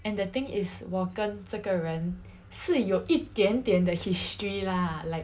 and the thing is 我跟这个人是有一点点的 history lah like